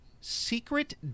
secret